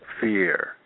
fear